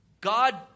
God